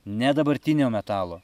ne dabartinio metalo